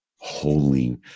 Holy